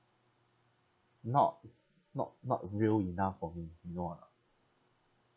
not not not real enough for me you know or not